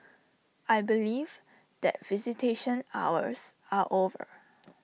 I believe that visitation hours are over